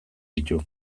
ditu